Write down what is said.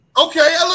Okay